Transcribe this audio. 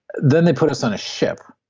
then they put us on a ship,